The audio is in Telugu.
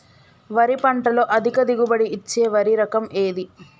వరి పంట లో అధిక దిగుబడి ఇచ్చే వరి రకం ఏది?